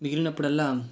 మిగిలినప్పుడల్లా